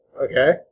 Okay